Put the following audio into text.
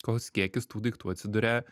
koks kiekis tų daiktų atsiduria